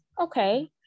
okay